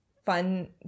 fun